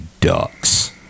ducks